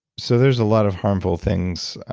so there's a lot of harmful things.